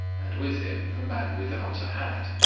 and with him a man without a hat,